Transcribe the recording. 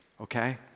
okay